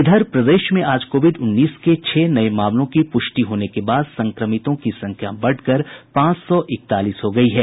इधर प्रदेश में आज कोविड उन्नीस के छह नये मामलों की प्रष्टि होने के बाद संक्रमितों की संख्या बढ़कर पांच सौ इकतालीस हो गयी है